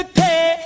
pay